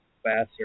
Faster